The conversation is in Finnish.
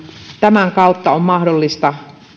tämän kautta on mahdollista